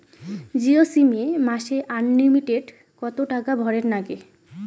Jio sim এ মাসে unlimited কত টাকা ভরের নাগে?